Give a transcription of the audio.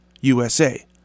USA